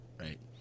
Right